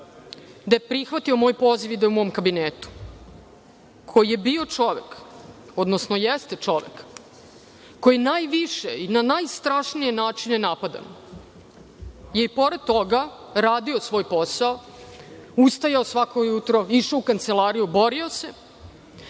da je prihvatio moj poziv i da je u mom kabinetu, koji je bio čovek, odnosno jeste čovek, koji je najviše na najstrašnije načine napad, je i pored toga radio svoj posao, ustajao svako jutro, išao u kancelariju, borio se.